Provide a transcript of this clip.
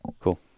cool